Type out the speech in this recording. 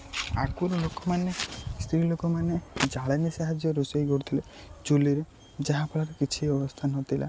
ଆଗରୁ ଲୋକମାନେ ସ୍ତ୍ରୀଲୋକମାନେ ଜାଳେଣି ସାହାଯ୍ୟରେ ରୋଷେଇ କରୁଥିଲେ ଚୁଲିରେ ଯାହା ଫଳରେ କିଛି ଅବସ୍ଥା ନଥିଲା